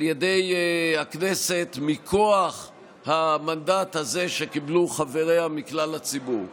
ידי הכנסת מכוח המנדט הזה שקיבלו חבריה מכלל הציבור.